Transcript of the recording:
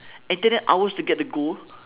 and it take them hours to get the goal